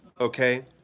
okay